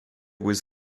was